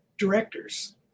directors